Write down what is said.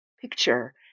picture